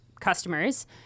customers